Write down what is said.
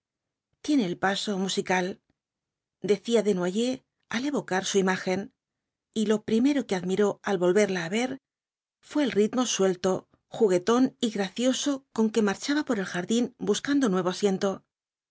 tiene el paso musical decía desnoyers al evocar su imagen t lo primero que admiró al volverla á ver fué el ritm suelto juguetón y gracioso con que marchaba por el jardín buscando nuevo asiento